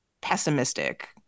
Pessimistic